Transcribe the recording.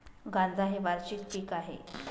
गांजा हे वार्षिक पीक आहे